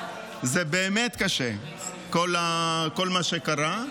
זה באמת קשה, כל מה שקרה.